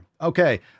Okay